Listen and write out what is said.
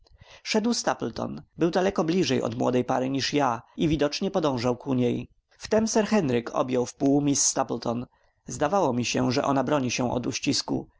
motyle szedł stapleton był daleko bliżej od młodej pary niż ją i widocznie podążał ku niej wtem sir henryk objął wpół miss stapleton zdawało mi się że ona broni się od uścisku